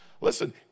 listen